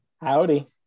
Howdy